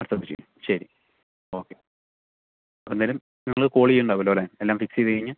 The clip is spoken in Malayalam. അപ്പം ശരി ശരി ഓക്കെ അന്നേരം നിങ്ങൾ കോള് ചെയ്യുന്നുണ്ടാവുമലോ അല്ലേ എല്ലാം ഫിക്സ് ചെയ്ത് കഴിഞ്ഞ്